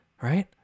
right